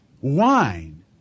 Wine